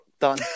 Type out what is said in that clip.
done